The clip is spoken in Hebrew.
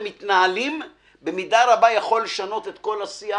מתנהלים במידה רבה יכול לשנות את כל השיח